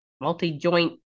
multi-joint